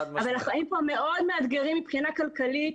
אבל החיים פה מאוד מאתגרים מבחינה כלכלית,